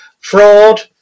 fraud